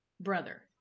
brother